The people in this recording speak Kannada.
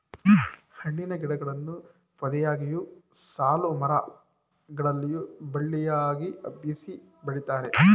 ಹಣ್ಣಿನ ಗಿಡಗಳನ್ನು ಪೊದೆಯಾಗಿಯು, ಸಾಲುಮರ ಗಳಲ್ಲಿಯೂ ಬಳ್ಳಿಯಾಗಿ ಹಬ್ಬಿಸಿ ಬೆಳಿತಾರೆ